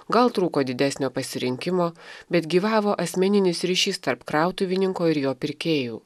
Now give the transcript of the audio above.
gal trūko didesnio pasirinkimo bet gyvavo asmeninis ryšys tarp krautuvininko ir jo pirkėjų